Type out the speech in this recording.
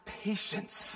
patience